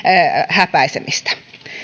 häpäisemistä